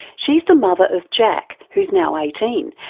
she's the mother of jack who's now eighteen,